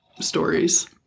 stories